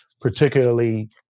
particularly